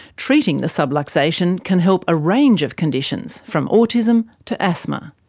treating the subluxation can help a range of conditions, from autism to asthma.